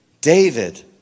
David